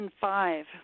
five